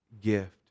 gift